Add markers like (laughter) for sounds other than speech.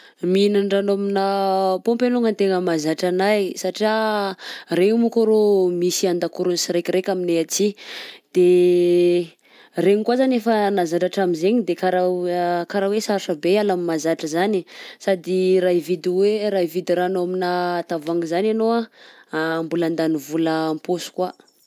Mihinan-drano aminà paompy alonga tegna mahazatra anahy satria regny monko arô misy an-dakoron'ny siraikiraiky aminay aty, de regny regny koà zany efa nahazatra hatram'zaigny de karaha ho- (hesitation) karaha hoe sarotra be hiala am'mahazatra zany, sady raha hividy hoe raha hividy rano aminà tavoahangy zany ianao anh, (hesitation) mbola andany vola am-paosy koa.